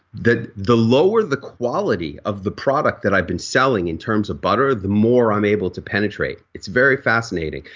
that the lower the quality of the product that i've been selling in terms of butter the more i'm able to penetrate. it's very fascinating.